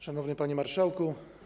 Szanowny Panie Marszałku!